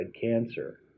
cancer